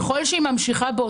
הם הודו, הנה, המסמך פה.